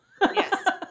Yes